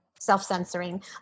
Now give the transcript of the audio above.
self-censoring